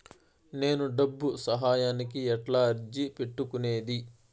నేను డబ్బు సహాయానికి ఎట్లా అర్జీ పెట్టుకునేది?